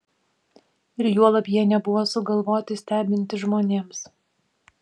ir juolab jie nebuvo sugalvoti stebinti žmonėms